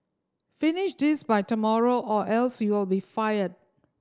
finish this by tomorrow or else you'll be fired